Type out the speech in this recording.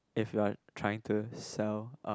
if you are trying to sell um